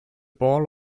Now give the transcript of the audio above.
ball